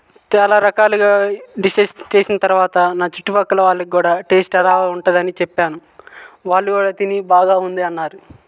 చాలా రకాలుగా డిషెస్ చేసిన తర్వాత నా చుట్టుపక్కల వాళ్ళకి కూడా టెస్ట్ ఎలా ఉంటుందని చెప్పాను వాళ్ళు కూడా తిని బాగా ఉంది అన్నారు